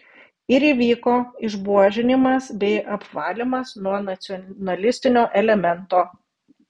ir įvyko išbuožinimas bei apvalymas nuo nacionalistinio elemento